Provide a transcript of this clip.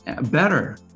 better